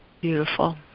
Beautiful